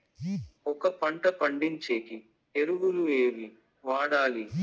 ఒక పంట పండించేకి ఎరువులు ఏవి వాడాలి?